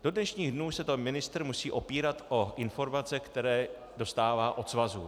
Do dnešních dnů se ministr musí opírat o informace, které dostává od svazu.